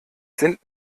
sind